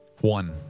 one